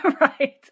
Right